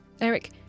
Eric